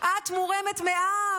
את מורמת מהעם.